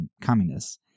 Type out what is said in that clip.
communists